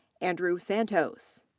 andrew santos,